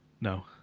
No